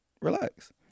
Relax